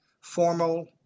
formal